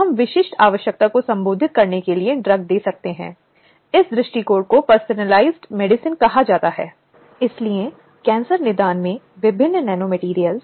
जो कानून वर्तमान में देश में लागू किया गया है वह है 2013 में कार्यस्थल की रोकथाम संरक्षण और निवारण अधिनियम में यौन उत्पीड़न